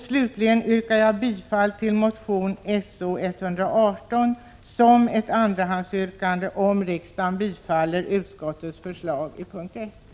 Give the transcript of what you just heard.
Slutligen yrkar jag bifall till motion So0118 som ett andrahandsyrkande om riksdagen bifaller utskottets förslag under moment 2.